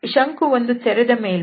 ಶಂಕು ಒಂದು ತೆರೆದ ಮೇಲ್ಮೈ